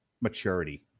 maturity